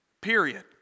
Period